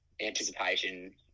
anticipation